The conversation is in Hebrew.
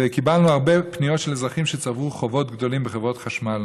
וקיבלנו הרבה פניות של אזרחים שצברו חובות גדולים בחברת חשמל,